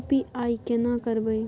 UPI केना करबे?